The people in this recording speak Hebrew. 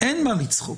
אין מה לצחוק.